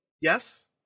yes